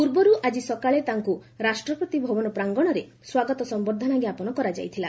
ପୂର୍ବରୁ ଆଜି ସକାଳେ ତାଙ୍କ ରାଷ୍ଟ୍ରପତି ଭବନ ପ୍ରାଙ୍ଗଣରେ ସ୍ୱାଗତ ସମ୍ଭର୍ଦ୍ଧନା ଜ୍ଞାପନ କରାଯାଇଥିଲା